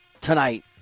tonight